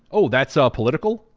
oh, that's ah political.